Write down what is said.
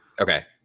Okay